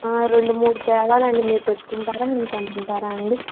రెండు మూడు తేవాలండి మీరు తెచ్చుకుంటారా మేము తెమ్మంటారా అండి